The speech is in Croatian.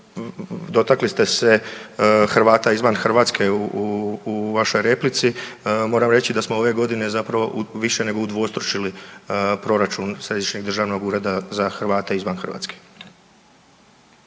Dotakli ste se Hrvata izvan Hrvatske u vašoj replici, moram reći da smo ove godine zapravo više nego udvostručili proračun Središnjeg državnog ureda za Hrvate izvan Hrvatske.